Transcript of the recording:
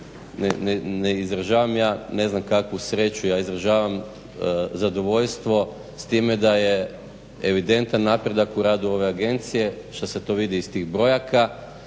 ne izražavam ja ne znam kakvu sreću, ja izražavam zadovoljstvo s time da je evidentan napredak u radu ove agencije što se vidi iz tih brojaka,